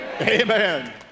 Amen